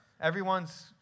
everyone's